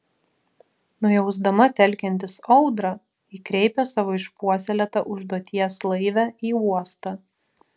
nujausdama telkiantis audrą ji kreipė savo išpuoselėtą užduoties laivę į uostą